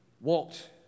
walked